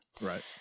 Right